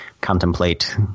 contemplate